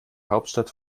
hauptstadt